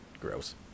gross